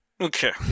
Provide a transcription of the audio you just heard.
Okay